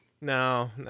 No